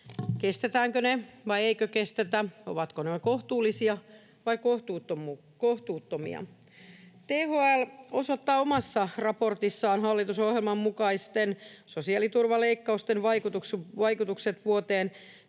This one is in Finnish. kestetäänkö ne vai eikö kestetä, ovatko nämä kohtuullisia vai kohtuuttomia. THL osoittaa omassa raportissaan ”Hallitusohjelman mukaisten sosiaaliturvan leikkausten vaikutukset vuoteen